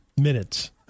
minutes